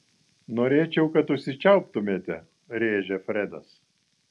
norėčiau kad užsičiauptumėte rėžia fredas